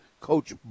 Coach